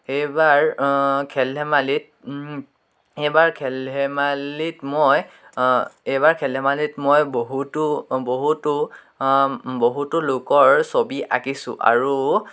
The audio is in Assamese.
এইবাৰ খেল ধেমালিত সেইবাৰ খেল ধেমালিত মই এইবাৰ খেল ধেমালিত মই বহুতো বহুতো বহুতো লোকৰ ছবি আকিছোঁ আৰু